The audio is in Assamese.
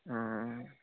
অঁ